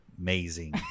amazing